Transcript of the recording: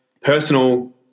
personal